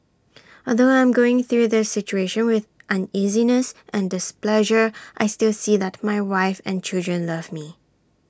although I'm going through this situation with uneasiness and displeasure I still see that my wife and children love me